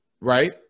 right